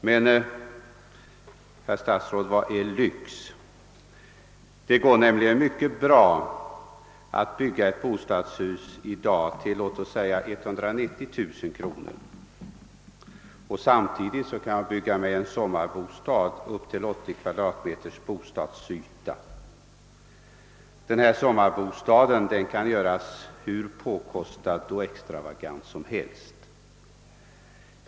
Men, herr statsråd, vad är lyx? Det går t.ex. mycket bra för sig att i dag bygga ett bostadshus till en kostnad av låt oss säga 190000 kronor. Samtidigt kan jag bygga en sommarbostad med upp till 80 m? bostadsyta. Sommarbostaden kan göras hur påkostad och extravagant som helst.